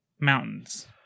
mountains